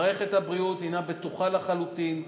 מערכת הבריאות בטוחה לחלוטין.